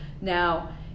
Now